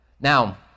Now